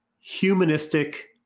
humanistic